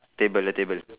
table lah table